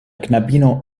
knabino